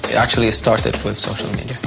actually started with so